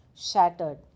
shattered